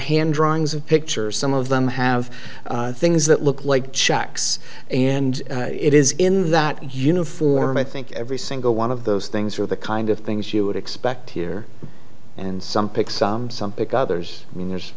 hand drawings of pictures some of them have things that look like checks and it is in that uniform i think every single one of those things are the kind of things you would expect here and some pick some some pick others i mean there's